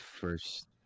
first